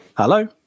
Hello